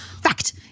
fact